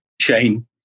Shane